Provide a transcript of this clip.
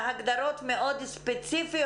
אלה חמישה ימים שהוא לא זכאי לקבל עבורם דמי אבטלה.